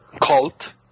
cult